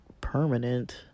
permanent